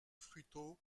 fruteau